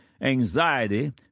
anxiety